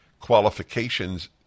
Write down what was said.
qualifications